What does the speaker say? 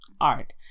art